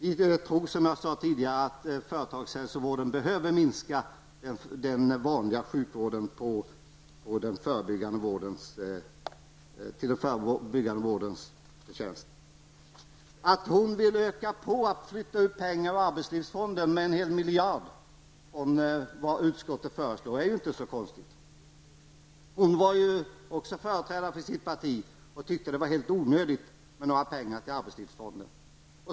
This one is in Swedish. Vi tror, som jag sade tidigare, att företagshälsovården behöver minska den vanliga sjukvården till fördel för den förebyggande vården. Att hon vill föra över mer pengar från arbetslivsfonden än utskottet tillstyrker -- 1 miljard kronor -- är inte så konstigt. Hon var företrädare för sitt parti när arbetslivsfonden diskuterades och tyckte att det var helt onödigt att avsätta pengar till arbetslivsfonden.